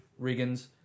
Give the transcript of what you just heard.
Riggins